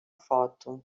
foto